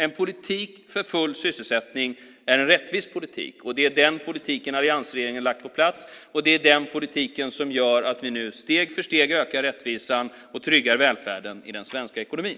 En politik för full sysselsättning är en rättvis politik, och det är den politiken alliansregeringen lagt på plats. Det är den politiken som gör att vi nu steg för steg ökar rättvisan och tryggar välfärden i den svenska ekonomin.